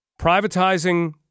privatizing